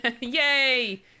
yay